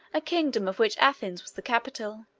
a kingdom of which athens was the capital.